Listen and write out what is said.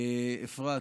אפרת,